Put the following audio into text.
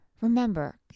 Remember